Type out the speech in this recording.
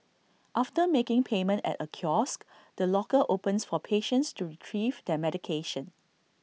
after making payment at A kiosk the locker opens for patients to Retrieve their medication